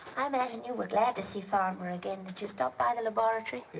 i imagine you were glad to see farnborough again. did you stop by the laboratory?